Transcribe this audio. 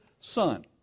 Son